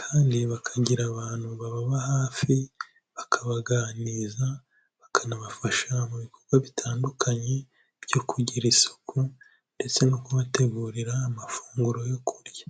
kandi bakagira abantu bababa hafi bakabaganiriza bakanabafasha mu bikorwa bitandukanye byo kugira isuku ndetse no kubategurira amafunguro yo kurya.